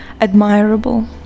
admirable